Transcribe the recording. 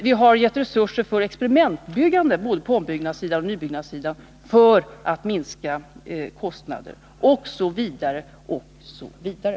Vi har gett resurser för experimentbyggande både på ombyggnadssidan och nybyggnadssidan för att minska kostnaderna osv.